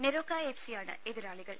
Neroca F സിയാണ് എതിരാളികൾ